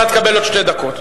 אתה תקבל עוד שתי דקות.